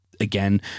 again